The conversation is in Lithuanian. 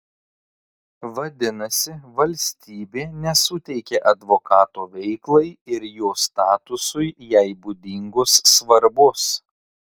vadinasi valstybė nesuteikia advokato veiklai ir jo statusui jai būdingos svarbos